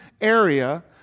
area